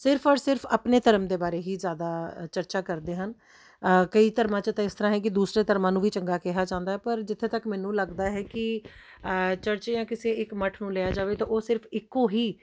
ਸਿਰਫ਼ ਔਰ ਸਿਰਫ਼ ਆਪਣੇ ਧਰਮ ਦੇ ਬਾਰੇ ਹੀ ਜ਼ਿਆਦਾ ਚਰਚਾ ਕਰਦੇ ਹਨ ਕਈ ਧਰਮਾਂ 'ਚ ਤਾਂ ਇਸ ਤਰ੍ਹਾਂ ਹੈ ਕਿ ਦੂਸਰੇ ਧਰਮਾਂ ਨੂੰ ਵੀ ਚੰਗਾ ਕਿਹਾ ਜਾਂਦਾ ਪਰ ਜਿੱਥੇ ਤੱਕ ਮੈਨੂੰ ਲੱਗਦਾ ਹੈ ਕਿ ਚਰਚ ਜਾਂ ਕਿਸੇ ਇੱਕ ਮਠ ਨੂੰ ਲਿਆ ਜਾਵੇ ਤਾਂ ਉਹ ਸਿਰਫ਼ ਇੱਕੋ ਹੀ